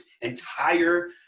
Entire